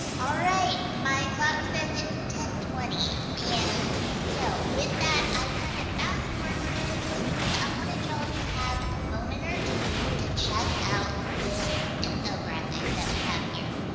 my clock says it's ten twenty. and so with that, i kind of fast forwarded because i wanted y'all to have a moment or two to check out this infographic that we have here.